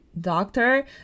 doctor